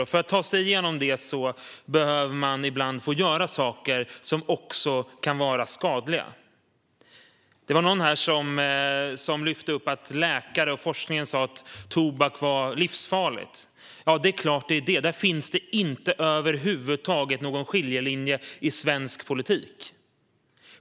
Och för att ta sig igenom det behöver man ibland få göra saker som också kan vara skadliga. Det var någon här som lyfte upp att läkare och forskning säger att tobak är livsfarligt. Ja, det är klart att det är så. Där finns det över huvud taget inte någon skiljelinje i svensk politik.